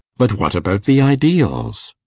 but what about the ideals?